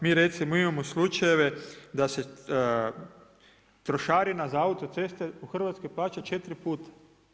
Mi recimo imamo slučajeve da se trošarina za autoceste u Hrvatskoj plaća 4 puta.